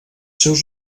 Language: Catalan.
seus